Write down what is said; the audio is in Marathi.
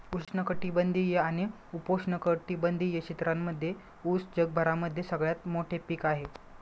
उष्ण कटिबंधीय आणि उपोष्ण कटिबंधीय क्षेत्रांमध्ये उस जगभरामध्ये सगळ्यात मोठे पीक आहे